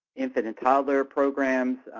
infant and toddler programs,